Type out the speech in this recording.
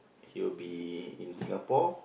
he will be in Singapore